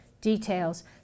details